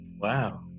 wow